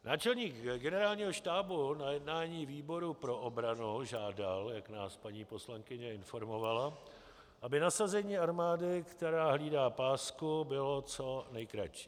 Náčelník Generálního štábu na jednání výboru pro obranu žádal, jak nás paní poslankyně informovala, aby nasazení armády, která hlídá pásku, bylo co nejkratší.